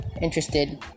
interested